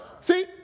See